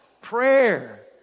Prayer